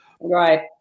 right